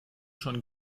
schon